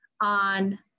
on